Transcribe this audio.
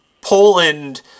Poland